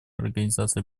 организации